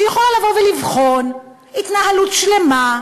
שיכולה לבוא ולבחון התנהלות שלמה.